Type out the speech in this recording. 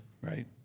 right